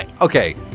Okay